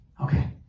okay